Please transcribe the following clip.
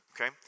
okay